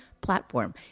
platform